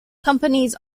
companies